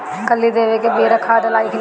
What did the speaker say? कली देवे के बेरा खाद डालाई कि न?